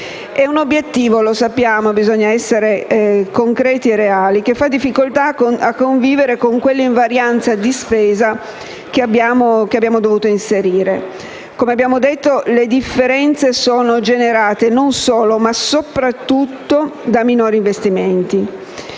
È un obiettivo - lo sappiamo, bisogna essere concreti e reali - che ha difficoltà a convivere con quell'invarianza di spesa che abbiamo dovuto inserire. Come abbiamo detto, le differenze sono generate non solo, ma soprattutto da minori investimenti.